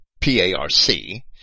P-A-R-C